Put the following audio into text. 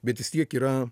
bet vis tiek yra